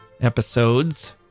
episodes